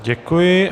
Děkuji.